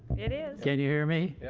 it is. can you hear me?